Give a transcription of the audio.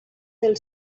del